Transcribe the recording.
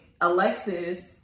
Alexis